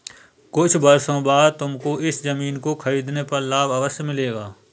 कुछ वर्षों बाद तुमको इस ज़मीन को खरीदने पर लाभ अवश्य मिलेगा